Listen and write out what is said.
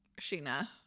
Sheena